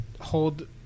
hold